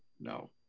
no